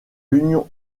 l’union